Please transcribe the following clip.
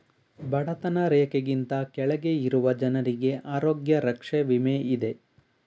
ಬಡತನ ರೇಖೆಗಿಂತ ಕೆಳಗೆ ಇರುವ ಜನರಿಗೆ ಆರೋಗ್ಯ ರಕ್ಷೆ ವಿಮೆ ಇದೆ